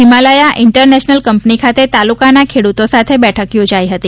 Himalaya international કંપની ખાતે તાલુકાના ખેડૂતો સાથે બેઠક યોજાઇલ હતી